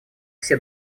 все